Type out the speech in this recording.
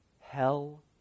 Hell